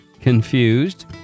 confused